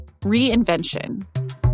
Reinvention